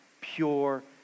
pure